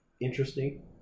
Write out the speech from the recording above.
interesting